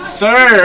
sir